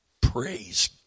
Praise